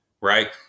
right